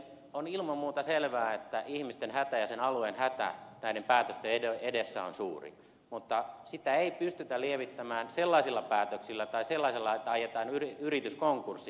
on ilman muuta selvää että ihmisten hätä ja sen alueen hätä näiden päätösten edessä on suuri mutta sitä ei pystytä lievittämään sellaisella päätöksellä että ajetaan yritys konkurssiin